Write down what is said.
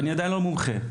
ואני עדיין לא מומחה.